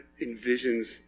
envisions